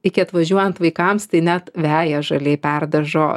iki atvažiuojant vaikams tai net veją žaliai perdažo